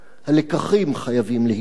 הלקחים חייבים להילמד.